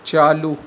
چالو